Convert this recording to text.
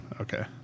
Okay